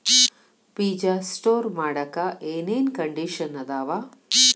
ಬೇಜ ಸ್ಟೋರ್ ಮಾಡಾಕ್ ಏನೇನ್ ಕಂಡಿಷನ್ ಅದಾವ?